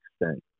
extent